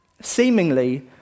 seemingly